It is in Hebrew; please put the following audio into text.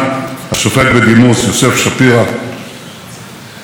יושב-ראש הכנסת לשעבר דן תיכון ורעייתו לודמילה,